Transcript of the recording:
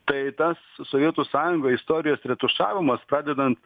tai tas sovietų sąjungoj istorijos retušavimas padedant